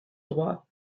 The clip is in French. droit